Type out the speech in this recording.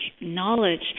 knowledge